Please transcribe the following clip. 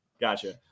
Gotcha